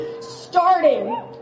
starting